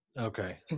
Okay